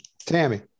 tammy